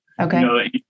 Okay